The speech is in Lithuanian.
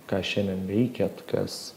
ką šiandien veikėt kas